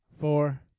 four